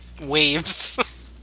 waves